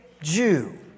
Jew